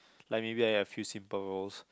like maybe I have few simple roles